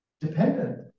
Dependent